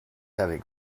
having